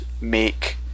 make